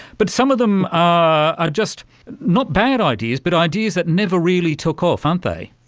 but some of them are just not bad ideas but ideas that never really took off, aren't they.